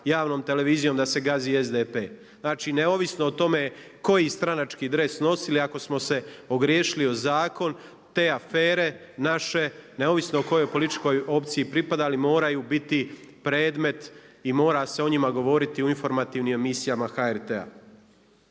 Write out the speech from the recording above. javnom televizijom da se gazi SDP. Znači neovisno o tome koji stranački dres nosili ako smo se ogriješili o zakon te afere naše neovisno o kojoj političkoj opciji pripadali moraju biti predmet i mora se o njima govoriti u informativnim emisijama HRT-a.